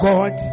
God